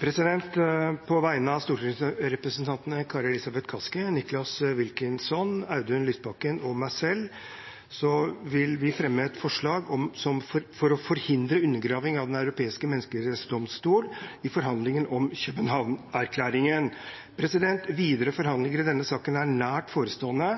vil fremsette et representantforslag. På vegne av stortingsrepresentantene Kari Elisabeth Kaski, Nicholas Wilkinson, Audun Lysbakken, Freddy André Øvstegård og meg selv vil jeg fremme forslag om å forhindre undergraving av Den europeiske menneskerettighetsdomstol i forhandlingene om Københavnerklæringen. Videre forhandlinger i denne saken er nært forestående.